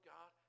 God